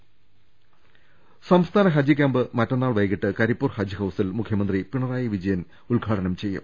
ഹജ്ജ് camp സംസ്ഥാന ഹജ്ജ് camp മറ്റന്നാൾ വൈകിട്ട് കരിപ്പൂർ ഹജ്ജ് ഹൌസിൽ മുഖ്യമന്ത്രി പിണറായി വിജയൻ ഉദ്ഘാ ടനം ചെയ്യും